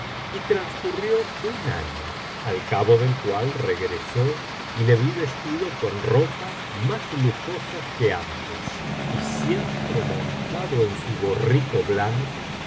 y transcurrió un año al cabo del cual regresó y le vi vestido con ropas más lujosas que antes y biblioteca valenciana generalitat valenciana las mil noches y una noche siempre montado en su borrico blanco de